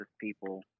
people